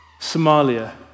Somalia